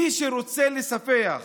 מי שרוצה לספח